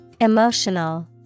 Emotional